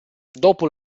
dopo